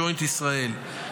ג'וינט ישראל.